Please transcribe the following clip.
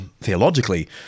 theologically